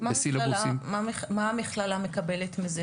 בסילבוסים --- מה המכללה מקבלת מזה